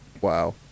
Wow